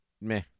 meh